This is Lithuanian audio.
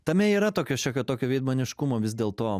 tame yra tokio šiokio tokio veidmainiškumo vis dėlto